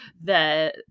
the-